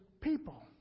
people